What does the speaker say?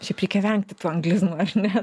šiaip reikia vengti tų anglizmų aš ne